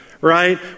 right